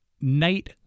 night